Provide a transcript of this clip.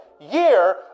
year